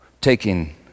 taking